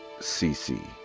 cc